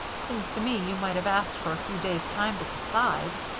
seems to me you might have asked for a few days' time to decide.